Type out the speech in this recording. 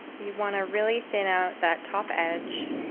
you want to really thin out that top edge.